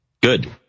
Good